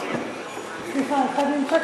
חברת הכנסת